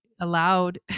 allowed